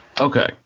Okay